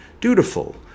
dutiful